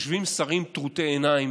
כשיושבים שרים טרוטי עיניים